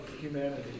humanity